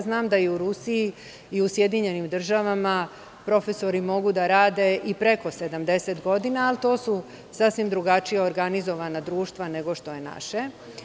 Znam da u Rusiji i u Sjedinjenim državama profesori mogu da rade i preko 70 godina, ali to su sasvim drugačije organizovana društva nego što je naše.